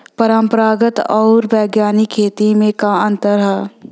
परंपरागत आऊर वैज्ञानिक खेती में का अंतर ह?